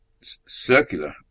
circular